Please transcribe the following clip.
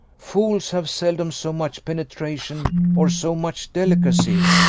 fools have seldom so much penetration, or so much delicacy.